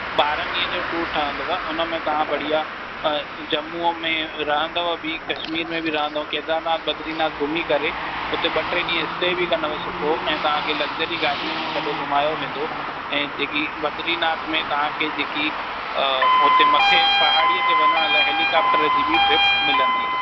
ॿारहनि ॾींहनि जो टूर ठहंदुव उन में तव्हां बढ़िया जम्मूअ में रहंदव बि कश्मीर में बि रहंदव केदारनाथ बद्रीनाथ घुमी करे हुते ॿ टे ॾींहं स्टे बि कंदव सुठो ऐं तव्हां खे लग्जरी गाॾी में सॼो घुमायो वेंदो ऐं जेकी बद्रीनाथ में तव्हां खे जेकी उते मथे पहाड़ीअ ते वञण लाइ हेलीकॉप्टर जी बि ट्रिप मिलंदी हा